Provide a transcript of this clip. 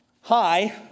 Hi